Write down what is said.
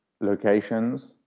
locations